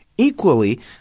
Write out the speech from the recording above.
Equally